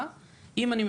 למה לא